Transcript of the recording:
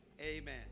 amen